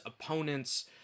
opponents